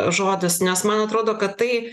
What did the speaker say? žodis nes man atrodo kad tai